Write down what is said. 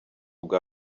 bwa